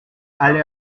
allez